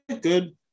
good